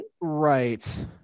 right